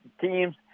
teams